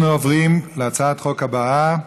אנחנו עוברים להצעת החוק הבאה,